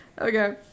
Okay